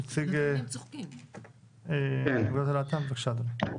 נציג אגודת הלהט"ב, בקשה אדוני.